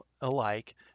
alike